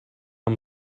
amb